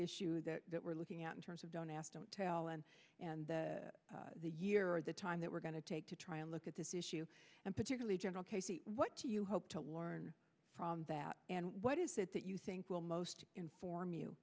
issue that we're looking at in terms of don't ask don't tell and and that the year or the time that we're going to take to try and look at this issue and particularly general casey what do you hope to learn from that and what is it that you think will most inform you